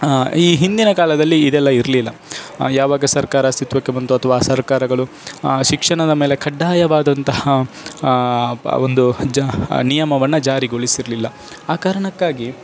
ಈ ಹಿಂದಿನ ಕಾಲದಲ್ಲಿ ಇದೆಲ್ಲ ಇರಲಿಲ್ಲ ಯಾವಾಗ ಸರ್ಕಾರ ಅಸ್ಥಿತ್ವಕ್ಕೆ ಬಂತು ಅಥ್ವಾ ಆ ಸರ್ಕಾರಗಳು ಶಿಕ್ಷಣದ ಮೇಲೆ ಕಡ್ಡಾಯವಾದಂತಹ ಒಂದು ಜ ನಿಯಮವನ್ನು ಜಾರಿಗೊಳಿಸಿರಲಿಲ್ಲ ಆ ಕಾರಣಕ್ಕಾಗಿ